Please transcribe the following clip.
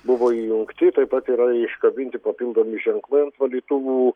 buvo įjungti taip pat yra iškabinti papildomi ženklai ant valytuvų